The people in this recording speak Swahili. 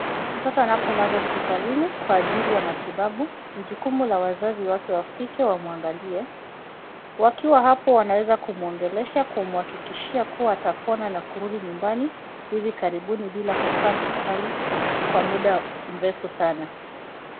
Mtoto anapolazwa hospitalini kwa ajili ya matibabu ni jukumu la wazazi wake wafuke wamwangalie. Wakiwa hapo wanaweza kumuongelesha kumuhakikishia kuwa atapona kurudi nyumbani bila kukaa hospitali kwa muda mrefu sana.